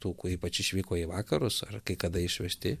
tų kur ypač išvyko į vakarus ar kai kada išvežti